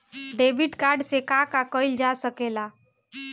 Debit card से का का कइल जा सके ला?